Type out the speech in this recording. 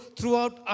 Throughout